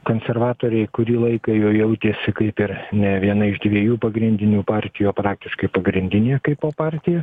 konservatoriai kurį laiką jau jautėsi kaip ir ne viena iš dviejų pagrindinių partijų o praktiškai pagrindinė kaipo partija